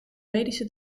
medische